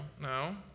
No